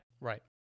Right